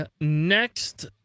next